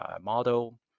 model